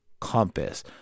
compass